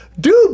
dude